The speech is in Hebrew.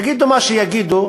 יגידו מה שיגידו,